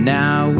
now